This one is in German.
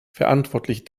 verantwortlich